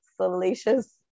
salacious